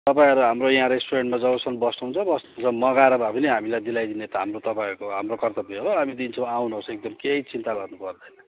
तपाईँहरू हाम्रो यहाँ रेस्टुरेन्टमा जबसम्म बस्नुहुन्छ बस्नुहुन्छ मगाएर भए पनि हामीलाई दिलाइदिने त हाम्रो तपाईँहरूको हाम्रो कर्त्तव्य हो हामी दिन्छौँ आउनुहोस् एकदम केही चिन्ता गर्नुपर्दैन